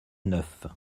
neuf